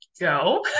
Go